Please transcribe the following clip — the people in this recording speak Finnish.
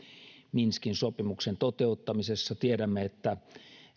minskin sopimuksen toteuttamisessa tiedämme että